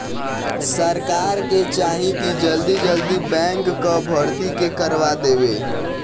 सरकार के चाही की जल्दी जल्दी बैंक कअ भर्ती के करवा देवे